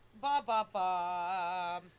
Ba-ba-ba